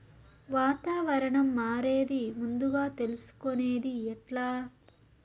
వాతావరణం మారేది ముందుగా తెలుసుకొనేది ఎట్లా?